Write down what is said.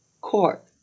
court